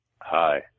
Hi